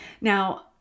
Now